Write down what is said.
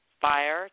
Fire